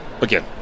again